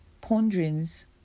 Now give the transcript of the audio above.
ponderings